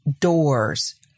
doors